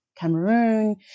Cameroon